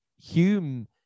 Hume